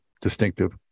distinctive